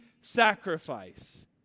sacrifice